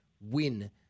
win